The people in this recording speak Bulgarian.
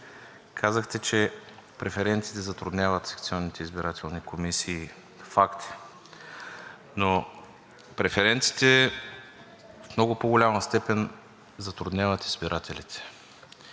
казахте, че преференциите затрудняват секционните избирателни комисии. Факт е, но преференциите в много по-голяма степен затрудняват избирателите.